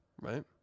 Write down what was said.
right